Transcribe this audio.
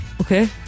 Okay